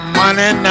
money